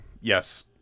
Yes